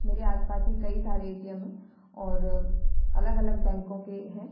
मेरे आसपास ही कई सारे ए टी एम हैं और अलग अलग बैंकों के हैं